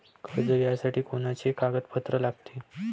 कर्ज घ्यासाठी कोनचे कागदपत्र लागते?